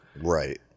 Right